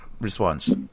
response